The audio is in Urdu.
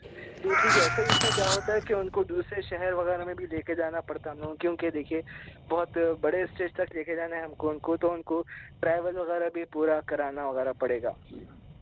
جی ٹھیک ہے سر اس میں کیا ہوتا ہے کہ ان کو دوسرے شہر وغیرہ میں بھی لے کے جانا پڑتا ہم لوگوں کیونکہ دیکھیے بہت بڑے اسٹیج تک لے کے جانا ہے ہم کو ان کو تو ہم کو ٹریول وغیرہ بھی پورا کرانا وغیرہ پڑے گا